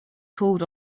called